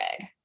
egg